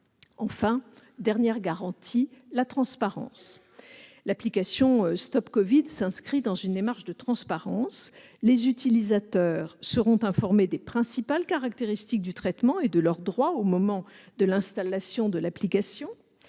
Enfin, la dernière garantie est la transparence. L'application StopCovid s'inscrit dans une démarche de transparence. Les utilisateurs seront informés des principales caractéristiques du traitement et de leurs droits au moment de l'installation de l'application.